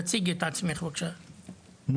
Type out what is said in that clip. תציגי את עצמך בבקשה נור.